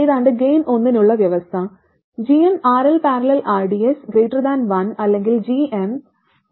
ഏതാണ്ട് ഗൈൻ 1 നുള്ള വ്യവസ്ഥ gmRL || rds 1 അല്ലെങ്കിൽ gm GL gds എന്നതാണ്